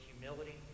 humility